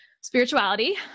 Spirituality